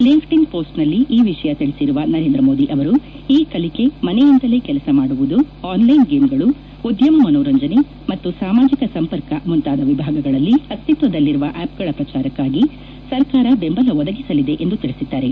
LinkedIn ಪೋಸ್ಟ್ನಲ್ಲಿ ಈ ವಿಷಯ ತಿಳಿಸಿರುವ ನರೇಂದ್ರ ಮೋದಿ ಅವರು ಇ ಕಲಿಕೆ ಮನೆಯಿಂದಲೇ ಕೆಲಸ ಮಾಡುವುದು ಆನ್ಲೈನ್ ಗೇಮ್ಗಳು ಉದ್ದಮ ಮನೋರಂಜನೆ ಮತ್ತು ಸಾಮಾಜಿಕ ಸಂಪರ್ಕ ಮುಂತಾದ ವಿಭಾಗಗಳಲ್ಲಿ ಅಸ್ತಿತ್ವದಲ್ಲಿರುವ ಆ್ಯಪ್ಗಳ ಪ್ರಚಾರಕ್ಕಾಗಿ ಸರ್ಕಾರ ಬೆಂಬಲ ಒದಗಿಸಲಿದೆ ಎಂದು ತಿಳಿಸಿದ್ದಾರೆ